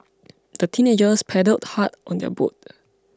the teenagers paddled hard on their boat